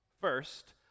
first